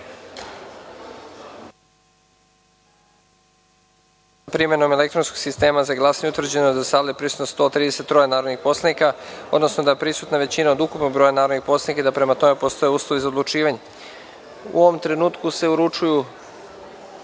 primenom elektronskog sistema za glasanje utvrđeno da je u sali prisutno 132 narodna poslanika, odnosno da je prisutna većina od ukupnog broja narodnih poslanika i da, prema tome, postoje uslovi za odlučivanje. Uručeni su